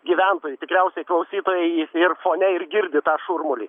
gyventojų tikriausiai klausytojai ir fone ir girdi tą šurmulį